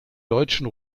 deutschen